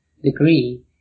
Degree